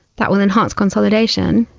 that will enhance consolidation,